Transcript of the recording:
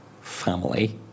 family